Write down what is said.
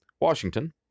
Washington